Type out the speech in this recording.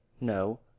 no